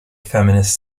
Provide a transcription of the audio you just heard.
feminist